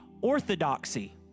orthodoxy